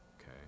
Okay